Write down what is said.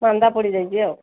ମାନ୍ଦା ପଡ଼ିଯାଇଛି ଆଉ